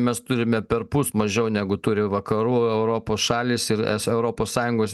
mes turime perpus mažiau negu turi vakarų europos šalys ir es europos sąjungos